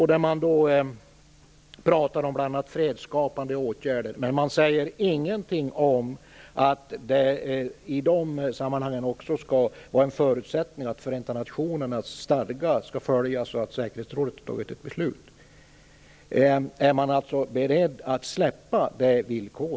Här talas om bl.a. fredsskapande åtgärder, men man säger ingenting om att det i dessa sammanhang också skall vara en förutsättning att Förenta nationernas stadga skall följas och att Säkerhetsrådet har fattat ett beslut. Är man beredd att släppa detta villkor?